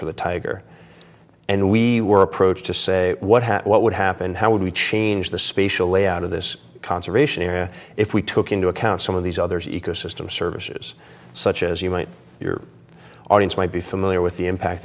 for the tiger and we were approached to say what hat what would happen how would we change the spatial layout of this conservation area if we took into account some of these others ecosystem services such as you might your audience might be familiar with the impact